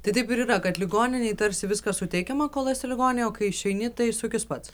tai taip ir yra kad ligoninėj tarsi viskas suteikiama kol esi ligoninėj o kai išeini tai sukis pats